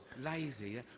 Lazy